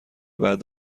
بعد